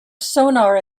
sonar